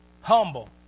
Humble